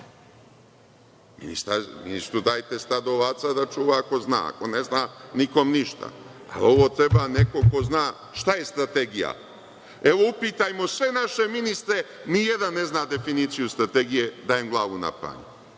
Ministru dajte stado ovaca da čuva ako zna, ako ne zna nikom ništa, ali ovo treba neko ko zna šta je strategija. Evo, upitajmo sve naše ministre, nijedan ne zna definiciju strategije, dajem glavu na panj.